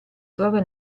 trova